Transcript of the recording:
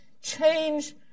change